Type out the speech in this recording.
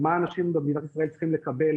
מה האנשים במדינת ישראל צריכים לקבל,